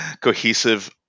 cohesive